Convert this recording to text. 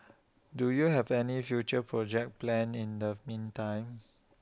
do you have any future projects planned in the meantime